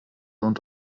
und